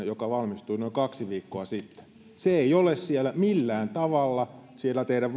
joka valmistui noin kaksi viikkoa sitten se ei ole millään tavalla siellä teidän